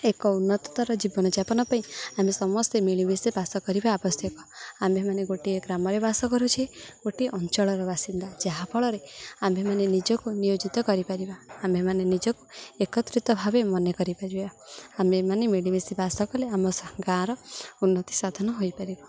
ଏକ ଉନ୍ନତତର ଜୀବନଯାପନ ପାଇଁ ଆମେ ସମସ୍ତେ ମିଳିମିଶି ବାସ କରିବା ଆବଶ୍ୟକ ଆମ୍ଭେମାନେ ଗୋଟିଏ ଗ୍ରାମରେ ବାସ କରୁଛେ ଗୋଟିଏ ଅଞ୍ଚଳର ବାସିନ୍ଦା ଯାହାଫଳରେ ଆମ୍ଭେମାନେ ନିଜକୁ ନିୟୋଜିତ କରିପାରିବା ଆମ୍ଭେମାନେ ନିଜକୁ ଏକତ୍ରିତ ଭାବେ ମନେ କରିପାରିବା ଆମେମାନେ ମିଳିମିଶି ବାସ କଲେ ଆମ ଗାଁର ଉନ୍ନତି ସାଧନ ହୋଇପାରିବ